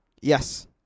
Yes